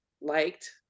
liked